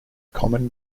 common